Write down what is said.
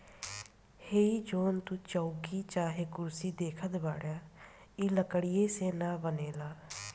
हइ जवन तू चउकी चाहे कुर्सी देखताड़ऽ इ लकड़ीये से न बनेला